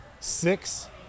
Six